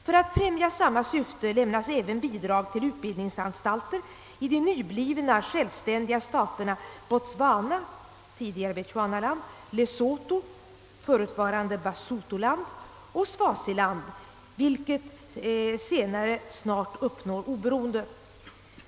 För att främja samma syfte lämnas även bidrag till utbildningsanstalter i de nyblivna självständiga staterna Botswana — tidigare Bechuanaland —, Lesotho — förutvarande Basutoland — och Swaziland, vilket senare snart uppnår oberoende.